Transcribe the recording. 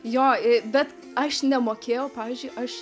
jo i bet aš nemokėjau pavyzdžiui aš